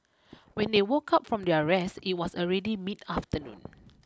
when they woke up from their rest it was already mid afternoon